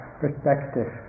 perspective